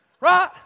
right